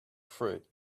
fruit